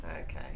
Okay